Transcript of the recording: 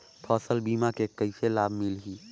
फसल बीमा के कइसे लाभ मिलही?